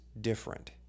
different